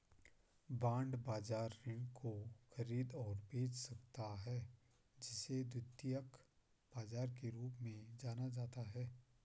bond बाजार ऋण को खरीद और बेच सकता है जिसे द्वितीयक बाजार के रूप में जाना जाता है